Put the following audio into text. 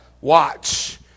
watch